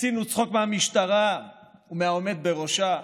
עשינו צחוק מהמשטרה ומהעומד בראשה,